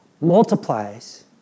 multiplies